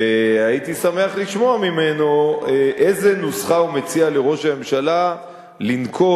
הייתי שמח לשמוע ממנו איזו נוסחה הוא מציע לראש הממשלה לנקוט,